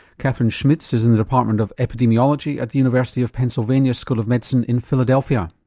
kathryn schmitz is in the department of epidemiology at the university of pennsylvania, school of medicine in philadelphia.